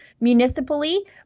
municipally